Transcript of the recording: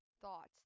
thoughts